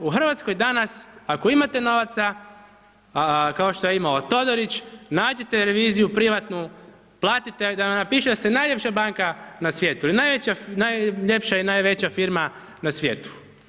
U Hrvatskoj danas ako imate novaca, kao što je imao Todorić, nađite reviziju privatnu, platite da vam napiše da ste najljepša banka na svijetu i najljepša i najveća firma na svijetu.